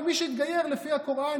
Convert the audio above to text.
ומי שהתגייר לפי הקוראן,